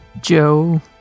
Joe